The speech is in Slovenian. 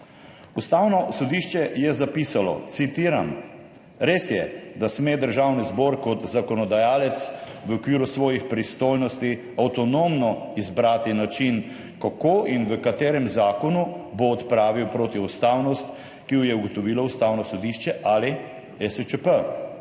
Ustavno sodišče je zapisalo, citiram: »Res je, da sme Državni zbor kot zakonodajalec v okviru svojih pristojnosti avtonomno izbrati način kako in v katerem zakonu bo odpravil protiustavnost, ki jo je ugotovilo Ustavno sodišče ali ESČP.